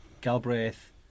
Galbraith